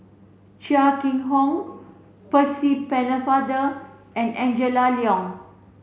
Chia Keng Hock Percy Pennefather and Angela Liong